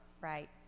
right